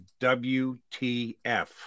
WTF